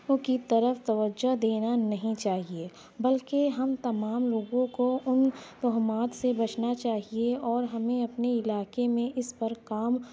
کی طرف توجہ دینا نہیں چاہیے بلکہ ہم تمام لوگوں کو ان توہمات سے بچنا چاہیے اور ہمیں اپنے علاقے میں اس پر کام